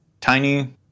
tiny